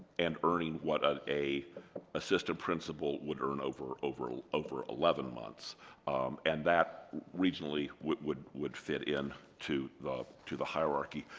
and earning what ah a assistant principal would earn over over ah eleven months and that reasonably would would would fit in to the to the hierarchy.